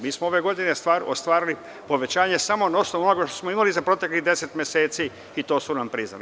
Mi smo ove godine ostvarili povećanje samo na osnovu onoga što smo imali za proteklih deset meseci i to su nam priznali.